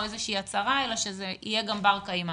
איזושהי הצהרה אלא שזה יהיה גם בר-קיימא.